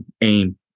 aim